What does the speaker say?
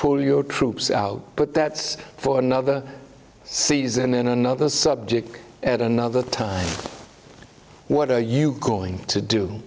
pull your troops out but that's for another season in another subject at another time what are you going to do